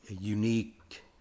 unique